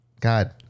God